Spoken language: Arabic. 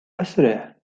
أسرِع